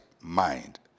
mind